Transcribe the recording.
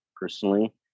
personally